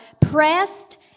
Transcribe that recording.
pressed